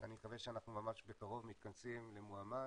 אני מקווה שאנחנו ממש בקרוב מתכנסים למועמד